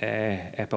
at